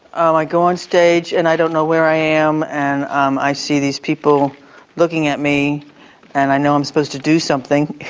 um i go on stage and i don't know where i am and um i see these people looking at me and i know i'm supposed to do something.